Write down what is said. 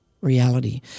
reality